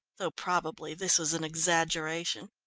though probably this was an exaggeration.